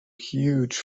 huge